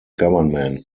government